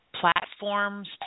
platforms